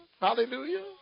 Hallelujah